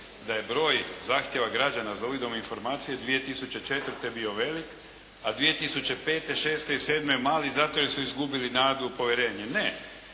da je broj zahtjeva građana za uvidom u informacije 2004. bio velik, a 2005., 2006. i 2007. mali zato jer su izgubili nadu u povjerenje. Ne.